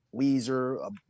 Weezer